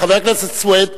חבר הכנסת סוייד,